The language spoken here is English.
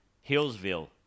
Hillsville